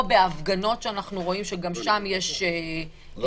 או בהפגנות שאנחנו רואים שגם שם יש חיכוך.